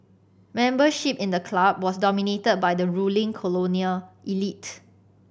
membership in the club was dominated by the ruling colonial elite